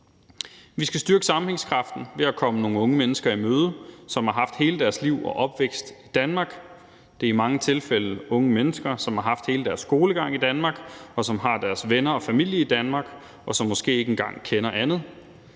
Vi skal styrke sammenhængskraften ved at komme nogle unge mennesker i møde, som har haft hele deres liv og opvækst i Danmark. Det er i mange tilfælde unge mennesker, som har haft hele deres skolegang i Danmark, og som har deres venner og familie i Danmark, og som måske ikke engang kender andet.